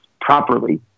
properly